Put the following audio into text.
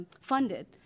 funded